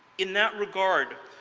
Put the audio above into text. in that regard,